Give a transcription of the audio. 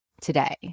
today